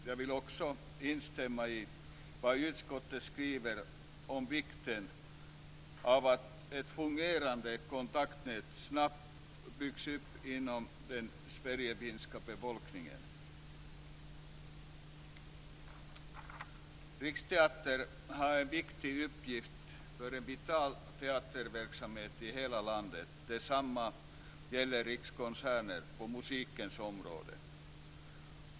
Jag vill också instämma i vad utskottet skriver om vikten av att ett fungerande kontaktnät snabbt byggs upp inom den sverigefinska befolkningen. Riksteatern har en viktig uppgift för en vital teaterverksamhet i hela landet. Detsamma gäller Rikskonserter på musikens område.